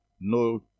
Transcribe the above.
no